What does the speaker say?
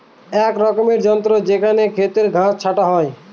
এক রকমের যন্ত্র যাতে খেতের ঘাস ছাটা হয়